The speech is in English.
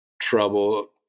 trouble